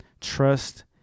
Trust